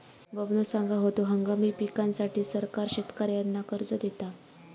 बबनो सांगा होतो, हंगामी पिकांसाठी सरकार शेतकऱ्यांना कर्ज देता